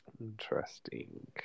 Interesting